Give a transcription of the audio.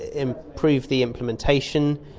improve the implementation,